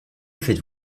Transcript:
faites